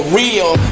real